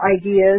ideas